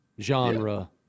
genre